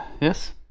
Yes